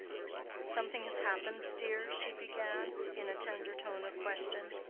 something has happened, dear? she began, in a tender tone of question.